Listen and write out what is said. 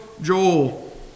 Joel